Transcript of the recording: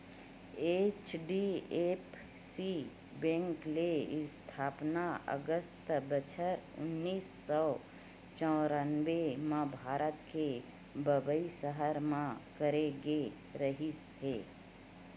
HDFC bank के इस्थापना अगस्त बछर उन्नीस सौ चौरनबें म भारत के बंबई सहर म करे गे रिहिस हे